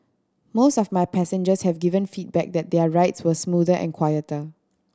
most of my passengers have given feedback that their rides were smoother and quieter